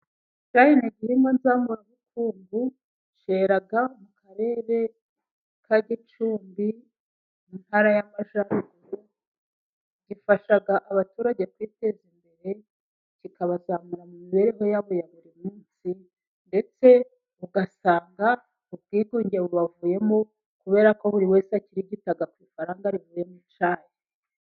Icyayi ni igihingwa nzamurabukungu. Cyera mu Karere ka Gicumbi, Intara y'Amajyaruguru. Gifasha abaturage kwiteza imbere, kikabazamura mu mibereho yabo ya buri munsi, ndetse ugasanga ubwigunge bubavuyemo kubera ko buri wese akirigita ku ifaranga riva mu cyayi